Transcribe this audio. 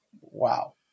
wow